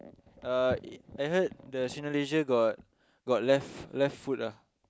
uh I heard the Cineleisure got got left left food ah